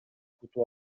утуп